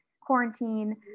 quarantine